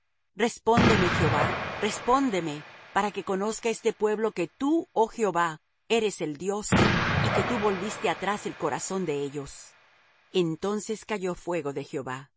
respóndeme jehová respóndeme para que conozca este pueblo que tú oh jehová eres el dios y que tú volviste atrás el corazón de ellos entonces cayó fuego de jehová